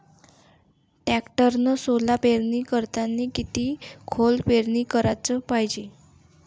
टॅक्टरनं सोला पेरनी करतांनी किती खोल पेरनी कराच पायजे?